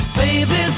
baby